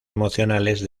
emocionales